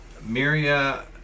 Miria